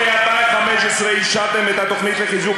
ביוני 2015 אישרתם את התוכנית לחיזוק